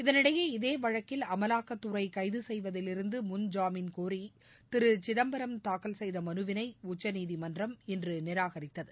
இதனிடையே இதேவழக்கில் அமலாக்கத்துறை கைது செய்வதிலிருந்து ஜாமீன் கோரி திரு சிதம்பரம் தாக்கல் செய்த மனுவினை முன் உச்சநீதிமன்றம் இன்று நிராகரித்தது